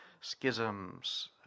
schisms